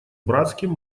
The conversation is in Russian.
братским